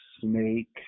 snake